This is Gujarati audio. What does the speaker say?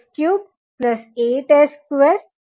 તો હવે આને સાદુરૂપ આપતા તમને કિંમત મળશે